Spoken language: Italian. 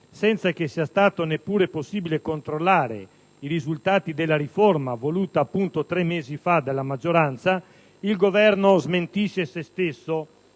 senza che sia stato neppure possibile controllare i risultati della riforma voluta appunto tre mesi fa dalla maggioranza, il Governo smentisce se stesso